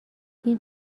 این